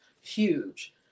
huge